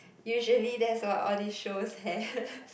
usually that's what all these shows have